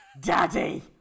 Daddy